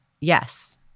yes